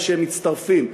ושהם מצטרפים,